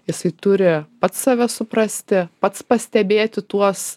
jisai turi pats save suprasti pats pastebėti tuos